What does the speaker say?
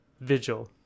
Vigil